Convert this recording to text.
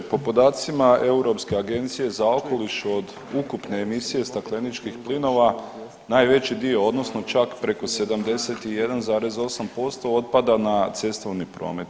Po podacima Europske agencije za okoliš od ukupne emisije stakleničkih plinova najveći dio odnosno čak preko 71,8% otpada na cestovni promet.